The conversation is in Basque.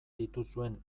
dituzuen